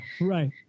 Right